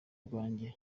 bwanjye